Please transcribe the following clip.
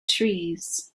trees